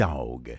Dog